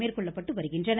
மேற்கொள்ளப்பட்டு வருகின்றன